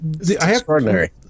extraordinary